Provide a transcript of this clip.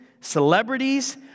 celebrities